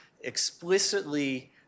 explicitly